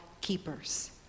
keepers